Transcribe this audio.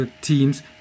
teams